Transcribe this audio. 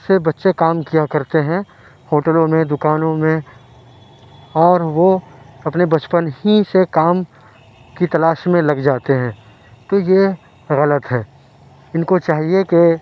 سے بچے کام کیا کرتے ہیں ہوٹلوں میں دُکانوں میں اور وہ اپنے بچپن ہی سے کام کی تلاش میں لگ جاتے ہیں تو یہ غلط ہے اِن کو چاہیے کہ